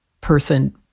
person